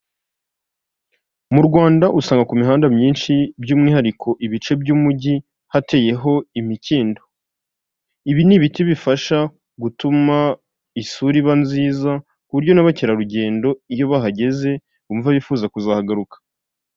Mu Rwanda usanga ku mihanda myinshi by'umwihariko ibice by'umujyi hateyeho imikindo, ibi ni ibiti bifasha gutuma isura iba nziza ku buryo n'abakerarugendo iyo bahageze bumva bifuza kuzahagaruka.